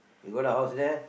you got a house there